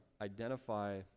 identify